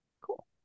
cool